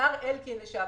השר לשעבר אלקין,